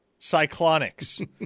Cyclonics